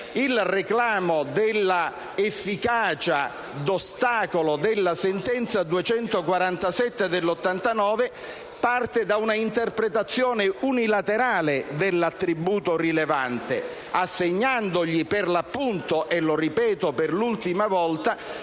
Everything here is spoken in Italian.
il reclamo dell'efficacia, d'ostacolo della sentenza n. 247 del 1989, parte da un'interpretazione unilaterale dell'attributo «rilevante», assegnandogli per l'appunto - lo ripeto per l'ultima volta